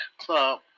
Club